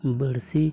ᱵᱟᱹᱲᱥᱤ